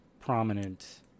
prominent